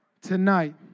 tonight